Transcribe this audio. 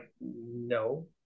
no